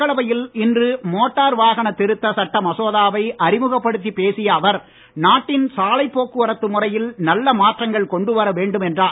மக்களவையில் இன்று மோட்டார் வாகன திருத்த சட்ட மசோதாவை அறிமுகப்படுத்தி பேசிய அவர் நாட்டின் சாலை போக்குவரத்து முறையில் நல்ல மாற்றங்கள் கொண்டு வர வேண்டும் என்றார்